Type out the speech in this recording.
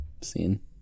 Scene